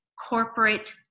corporate